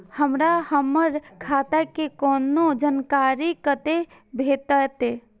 हमरा हमर खाता के कोनो जानकारी कते भेटतै